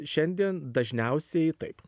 šiandien dažniausiai taip